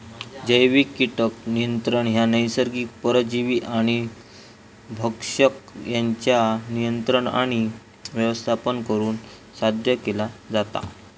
जैविक कीटक नियंत्रण ह्या नैसर्गिक परजीवी आणि भक्षक यांच्या नियंत्रण आणि व्यवस्थापन करुन साध्य केला जाता